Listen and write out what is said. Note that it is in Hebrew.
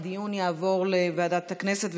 הנושא יעבור לוועדת הכנסת,